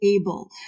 able